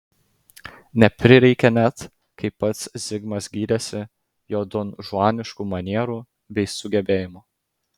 neprireikė net kaip pats zigmas gyrėsi jo donžuaniškų manierų bei sugebėjimų